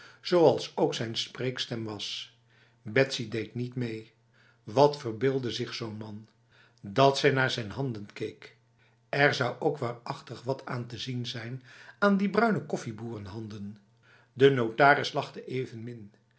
zoals ook zijn spreekstem was betsy deed niet mee wat verbeeldde zich zo'n man dat zij naar zijn handen keek er zou ook waarachtig wat aan te zien zijn aan die bruine koffieboerenhanden de notaris lachte evenmin